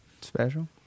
special